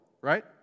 right